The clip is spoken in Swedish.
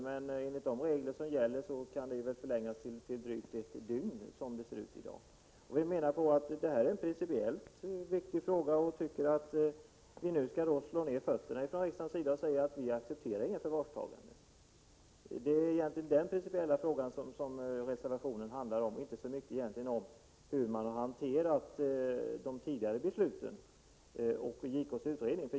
Men enligt de regler som gäller kan väl den tiden förlängas till drygt ett dygn, som det ser ut i dag. Vi menar att detta är en principiellt viktig fråga och att riksdagen nu skall säga ifrån att vi inte accepterar något förvarstagande. Det är egentligen denna principiella fråga som reservationen handlar om — inte så mycket om hur man egentligen har hanterat de tidigare besluten och JK:s utredning.